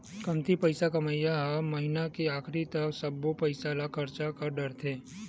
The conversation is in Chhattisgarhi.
कमती पइसा कमइया मन ह महिना के आखरी तक म सब्बो पइसा ल खरचा कर डारथे